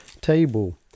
table